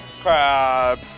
Crab